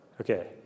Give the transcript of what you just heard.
Okay